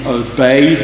obey